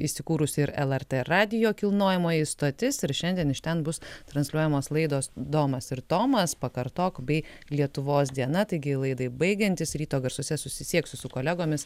įsikūrusi ir lrt radijo kilnojamoji stotis ir šiandien iš ten bus transliuojamos laidos domas ir tomas pakartok bei lietuvos diena taigi laidai baigiantis ryto garsuose susisieksiu su kolegomis